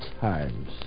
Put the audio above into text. Times